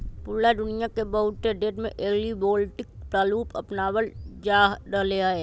पूरा दुनिया के बहुत से देश में एग्रिवोल्टिक प्रारूप अपनावल जा रहले है